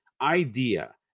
idea